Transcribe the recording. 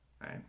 right